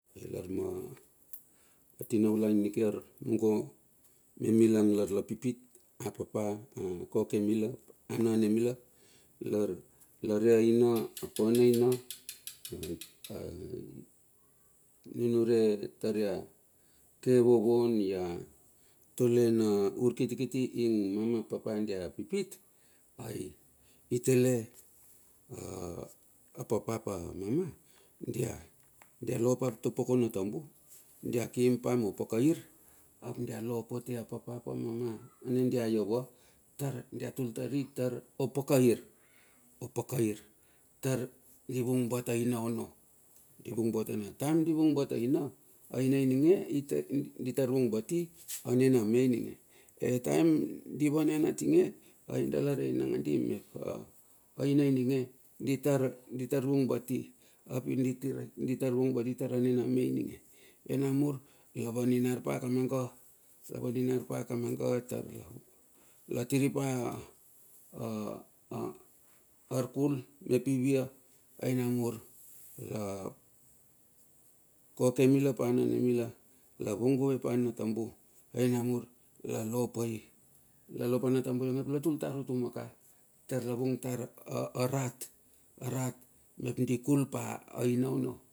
Ilarma a tinaulai ing nimiar mungo me mila lar la la pipit a papa a koke. mila a name mila lar lare aina a kona aina a kona ina itar nunure tar ia ke vovon ia tole na urkiti kiti ing mama ap papa dia pipit. Ai tale a papa a mama dia lopa topokona tambu. Dia kim pa mo paka ir. Ap dia lo pote a pap ap amama ani dia lova tar dia tul tar opakair. Opakair tar di vung bat aina ono. Di vung bat aina taem divung bat aina. Aina ninge ditar vung bat ani ni na me ninge di vanvan atinge. Ai dala rei langadi mep aina ininge. Ditar vung bati da tar vung bati tar ani na me ininge. Ai namur la vaninar pa kamanga. La vaninar pa kamanga tar la tiri pa arkul mep ivia ai namur a koke mila ap a nane mila la vung guve pana tambu ai namur lalo pai. Lalo pa na tambu ionge ap la tul tar utuma ka tar la vung tar ma rat mep di kul pa aina ono.